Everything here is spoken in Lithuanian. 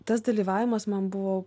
tas dalyvavimas man buvo